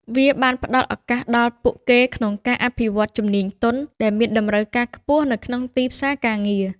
វាបានផ្តល់ឱកាសដល់ពួកគេក្នុងការអភិវឌ្ឍជំនាញទន់ ដែលមានតម្រូវការខ្ពស់នៅក្នុងទីផ្សារការងារ។